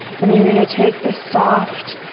and then you're gonna take the soft,